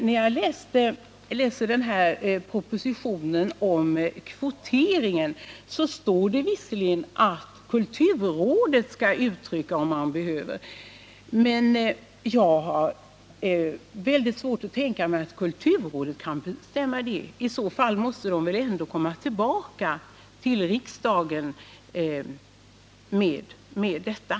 När jag läser propositionen om kvotering finner jag att det visserligen står att kulturrådet skall redogör för om behov föreligger. Jag har svårt att tänka mig att kulturrådet kan bestämma en kvotering. Regeringen måste väl komma tillbaka till riksdagen med ett förslag.